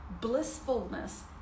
blissfulness